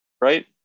right